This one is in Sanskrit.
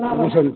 उपविशन्तु